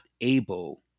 able